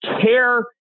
care